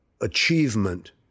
achievement